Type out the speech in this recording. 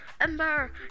Ember